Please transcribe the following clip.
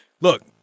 Look